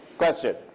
question.